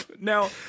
Now